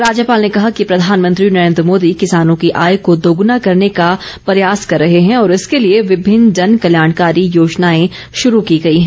राज्यपाल ने कहा कि प्रधानमंत्री नरेन्द्र मोदी किसानों की आय को दोगुना करने का प्रयास कर रहे हैं और इसके लिए विभिन्न जनकल्याणकारी योजनाए शुरू की गई हैं